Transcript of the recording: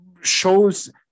shows